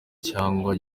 cyangwa